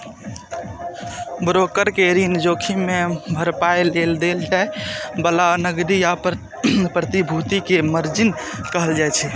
broker कें ऋण जोखिम के भरपाइ लेल देल जाए बला नकदी या प्रतिभूति कें मार्जिन कहल जाइ छै